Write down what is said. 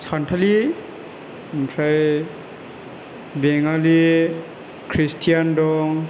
सानथालि ओमफ्राय बाङालि खृष्टियान दं